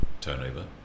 turnover